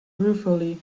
ruefully